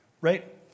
Right